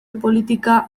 politika